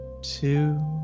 two